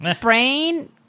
brain